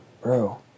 bro